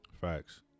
Facts